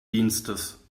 dienstes